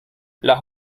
las